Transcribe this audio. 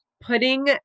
putting